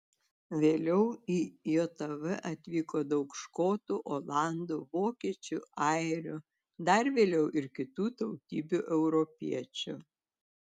vėliau į jav atvyko daug škotų olandų vokiečių airių dar vėliau ir kitų tautybių europiečių